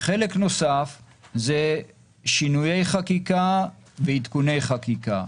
חלק נוסף זה שינויי חקיקה ועדכוני חקיקה.